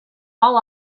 all